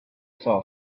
saw